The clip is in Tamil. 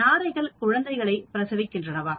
நாரைகள் குழந்தைகளை பிரசவிக்கின்றனவா